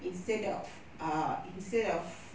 instead of uh instead of